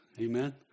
Amen